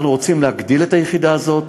אנחנו רוצים להגדיל את היחידה הזאת.